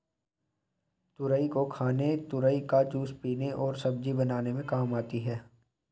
तुरई को खाने तुरई का जूस पीने और सब्जी बनाने में काम आती है